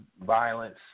violence